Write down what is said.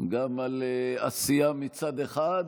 גם על עשייה, מצד אחד,